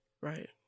Right